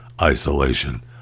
isolation